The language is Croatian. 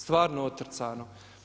Stvarno otrcano.